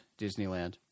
Disneyland